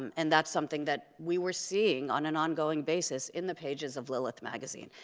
um and that's something that we were seeing on an ongoing basis in the pages of lilith magazine,